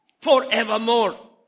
Forevermore